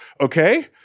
okay